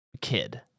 kid